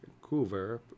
Coover